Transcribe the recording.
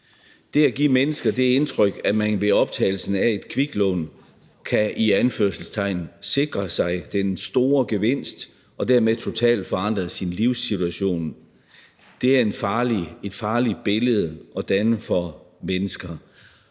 Det at give mennesker det indtryk, at man ved optagelsen af et kviklån kan – i anførselstegn – sikre sig den store gevinst og dermed totalt forandre sin livssituation, er et farligt billede at male for mennesker.